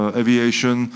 aviation